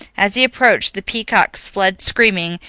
as he approached, the peacocks fled screaming,